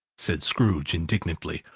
said scrooge indignantly,